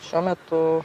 šiuo metu